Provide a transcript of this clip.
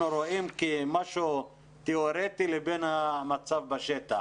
רואים כמשהו תיאורטי לבין המצב בשטח,